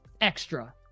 extra